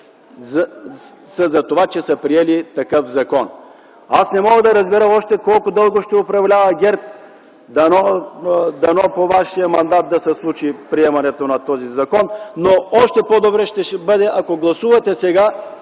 приемането на такъв закон. Аз не мога да разбера още колко дълго ще управлява ГЕРБ. Дано във вашият мандат да се случи приемането на този закон, но още по-добре ще бъде, ако гласувате сега